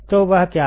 तो वह क्या है